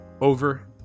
over